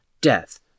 death